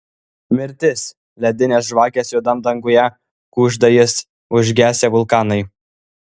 mirtis ledinės žvakės juodam danguje kužda jis užgesę vulkanai